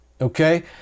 Okay